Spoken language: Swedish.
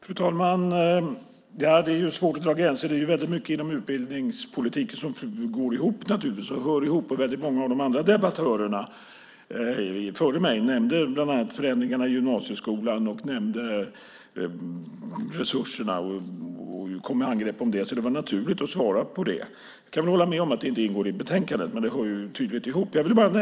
Fru talman! Det är svårt att dra gränser. Det är ju väldigt mycket inom utbildningspolitiken som går ihop och hör ihop, och väldigt många av de andra debattörerna före mig nämnde bland annat förändringarna i gymnasieskolan och resurserna och kom med angrepp om det, så det var naturligt att svara på det. Jag kan hålla med om att det inte ingår i betänkandet, men det hör tydligt ihop.